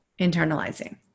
internalizing